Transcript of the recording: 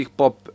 pop